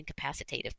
incapacitative